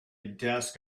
desk